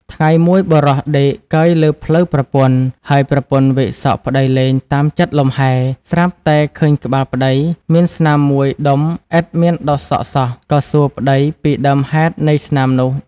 ថ្ងៃមួយ បុរសដេកកើយលើភ្លៅប្រពន្ធ ហើយប្រពន្ធវែកសក់ប្តីលេងតាមចិត្តលំហែ ស្រាប់តែឃើញក្បាលប្តីមានស្នាមមួយដុំឥតមានដុះសក់សោះ ក៏សួរប្តីពីដើមហេតុនៃស្នាមនោះ។